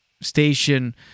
station